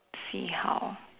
see how